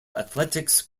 athletics